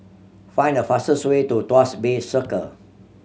find the fastest way to Tuas Bay Circle